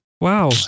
Wow